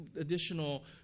additional